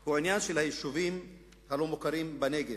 הוא העניין של היישובים הלא-מוכרים בנגב.